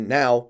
now